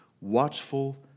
watchful